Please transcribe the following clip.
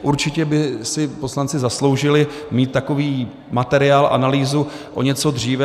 Určitě by si poslanci zasloužili mít takový materiál, analýzu o něco dříve.